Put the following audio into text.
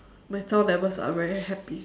my sound levels are very happy